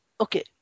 okay